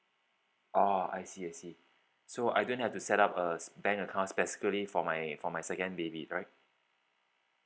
oh I see I see so I don't have to set up a bank account specifically for my for my second baby right